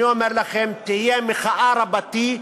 אני אומר לכם, תהיה מחאה רבתי,